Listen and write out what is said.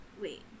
wait